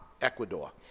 Ecuador